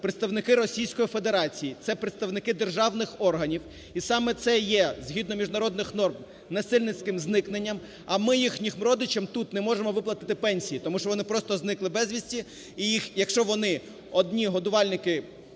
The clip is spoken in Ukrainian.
представники Російської Федерації, це представники державних органів, і саме це є згідно міжнародних норм насильницьким зникненням, а ми їхнім родичам тут не можемо виплатити пенсії, тому що вони просто зникли безвісті і їх… Якщо вони одні годувальники